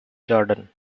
jordan